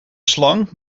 slang